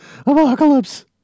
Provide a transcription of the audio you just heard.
Apocalypse